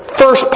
first